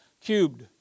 cubed